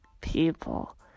people